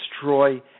destroy